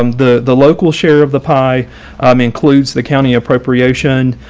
um the the local share of the pie um includes the county appropriation,